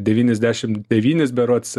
devyniasdešim devynis berods